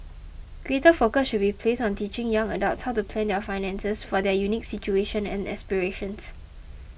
greater focus should be placed on teaching young adults how to plan their finances for their unique situations and aspirations